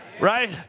Right